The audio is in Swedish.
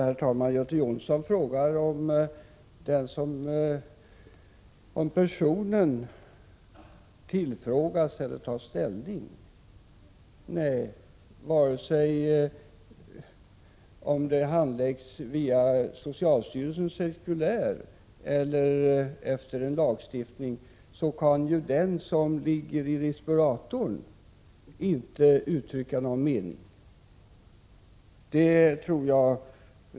Herr talman! Göte Jonsson frågar om den person som är döende kan tillfrågas eller ta ställning. Nej, vare sig ett sådant ärende handläggs enligt socialstyrelsens cirkulär eller enligt en lagstiftning kan den som ligger i respirator uttrycka någon mening.